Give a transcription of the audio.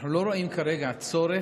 אנחנו לא רואים כרגע צורך